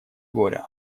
горя